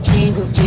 Jesus